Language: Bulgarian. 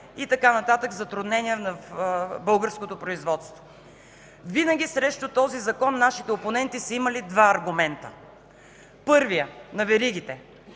и така нататък затруднения в българското производство. Винаги срещу този закон нашите опоненти са имали два аргумента. Първият – на веригите: